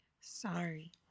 sorry